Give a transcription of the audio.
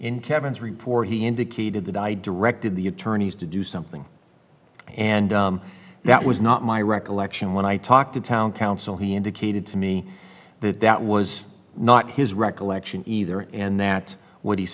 in kevin's report he indicated that i directed the attorneys to do something and that was not my recollection when i talked to town council he indicated to me that that was not his recollection either and that